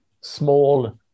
small